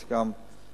יש גם "הדסה",